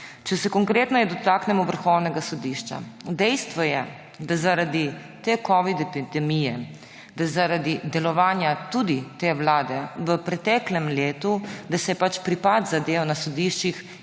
Če se konkretneje dotaknemo Vrhovnega sodišča. Dejstvo je, da zaradi te covid epidemije, da zaradi delovanja tudi te vlade v preteklem letu, da se je pač pripad zadev na sodiščih